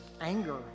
anger